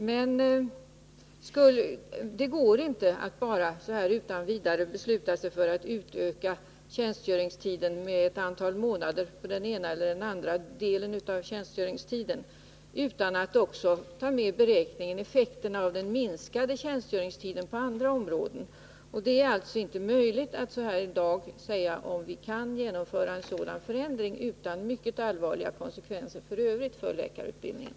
Men det går inte att så här utan vidare besluta sig för att utöka tjänstgöringstiden med ett antal månader för den ena eller andra delen av en total tjänstgöringstid utan att också ta med i beräkningen effekterna av den minskade tjänstgöringstiden på andra områden. Det är alltså inte möjligt att i dag säga om vi kan genomföra en sådan förändring utan mycket allvarliga konsekvenser i övrigt för läkarutbildningen.